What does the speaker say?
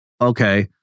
Okay